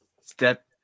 Step